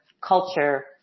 culture